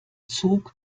zug